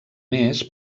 més